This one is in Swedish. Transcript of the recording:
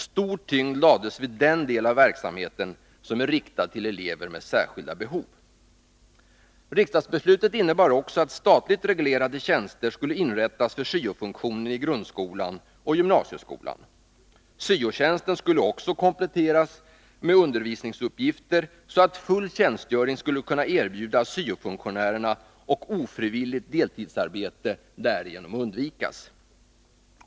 Stor vikt lades vid den del av verksamheten som är riktad till elever med särskilda behov. Riksdagsbeslutet innebar också att statligt reglerade tjänster skulle inrättas för syo-funktionen i grundskolan och gymnasieskolan. Syo-tjänsten skulle också kompletteras med undervisningsuppgifter, så att full tjänstgöring skulle kunna erbjudas syo-funktionärerna och ofrivilligt deltidsarbete därigenom skulle kunna undvikas.